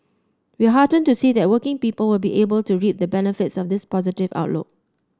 we are heartened to see that working people will be able to reap the benefits of this positive outlook